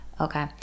Okay